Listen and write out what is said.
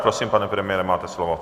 Prosím, pane premiére, máte slovo.